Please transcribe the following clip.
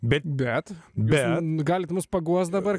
bet be galite mus paguosti dabar